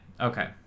okay